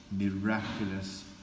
miraculous